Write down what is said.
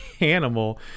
animal